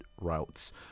routes